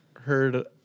heard